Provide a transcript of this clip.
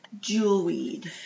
jewelweed